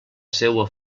seua